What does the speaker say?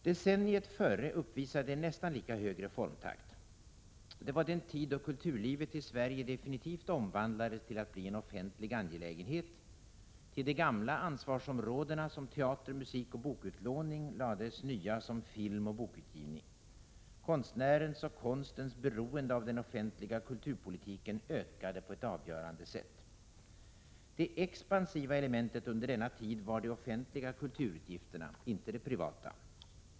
Decenniet före uppvisade en nästan lika hög reformtakt. Det var den tid då kulturlivet i Sverige definitivt omvandlades till att bli en offentlig angelägenhet. Till de gamla ansvarsområdena, såsom teater, musik och bokutlåning, lades nya, såsom filmoch bokutgivning. Konstnärens och konstens beroende av den offentliga kulturpolitiken ökade på ett avgörande sätt. Det expansiva elementet under denna tid var de offentliga kulturutgifterna, inte de privata.